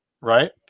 Right